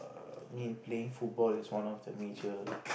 err me playing football is one of the major